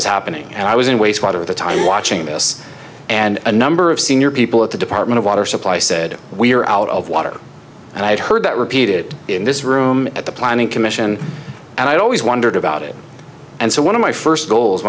was happening and i was in wastewater at the time watching this and a number of senior people at the department of water supply said we're out of water and i had heard that repeated in this room at the planning commission and i always wondered about it and so one of my first goals